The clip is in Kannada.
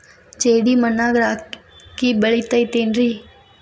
ಜೇಡಿ ಮಣ್ಣಾಗ ರಾಗಿ ಬೆಳಿತೈತೇನ್ರಿ?